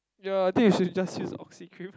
ya I think you should just use oxy-cream